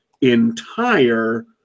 entire